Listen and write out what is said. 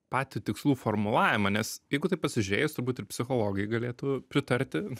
patį tikslų formulavimą nes jeigu taip pasižiūrėjus turbūt ir psichologai galėtų pritarti